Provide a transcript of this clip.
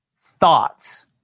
thoughts